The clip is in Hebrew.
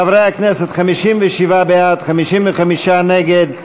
חברי הכנסת, 57 בעד, 55 נגד.